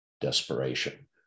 desperation